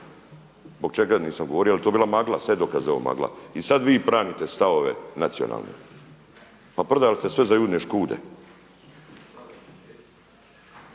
Zbog čega nisam govorio, jer je to bila magla, sve je dokaz da je ovo magla. I sada vi branite stavove nacionalne. Pa prodali ste sve za Judine škude.